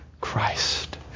Christ